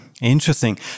Interesting